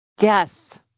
Yes